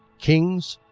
kings,